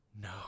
No